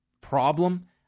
problem